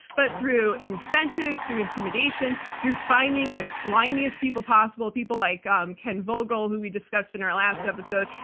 but through incentives, through intimidation, through finding the slimiest people possible, people like um ken vogel who we discussed in our last episode,